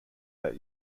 that